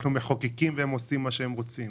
אנחנו מחוקקים והם עושים מה שהם רוצים.